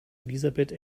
elisabeth